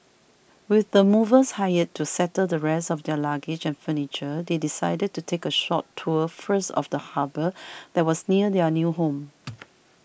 with the movers hired to settle the rest of their luggage and furniture they decided to take a short tour first of the harbour that was near their new home